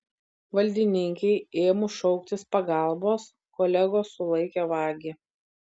valdininkei ėmus šauktis pagalbos kolegos sulaikė vagį